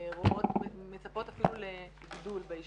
מצפות אפילו לגידול באי